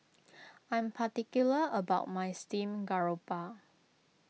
I'm particular about my Steamed Garoupa